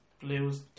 blues